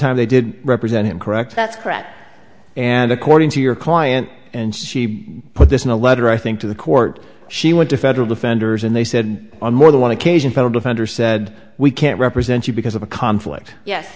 time they did represent him correct that's correct and according to your client and she put this in a letter i think to the court she went to federal defenders and they said on more than one occasion defender said we can't represent you because of a conflict yes